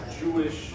Jewish